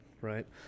right